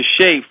shape